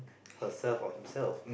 herself or himself